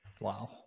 Wow